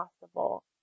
possible